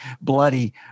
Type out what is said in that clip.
bloody